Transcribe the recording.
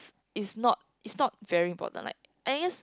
it's it's not it's not very important like I guess